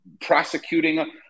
prosecuting